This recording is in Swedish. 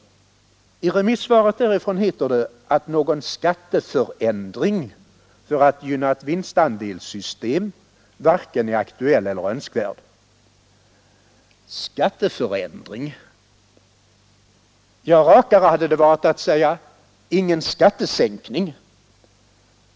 I remissvaret därifrån heter det att någon skatteförändring för att gynna ett vinstandelssystem varken är aktuell eller önskvärd. ”Skatteförändring” — ja, rakare hade det varit att säga: ”ingen skattesänkning”.